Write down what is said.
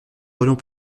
aurions